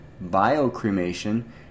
bio-cremation